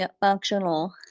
functional